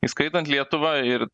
įskaitant lietuvą ir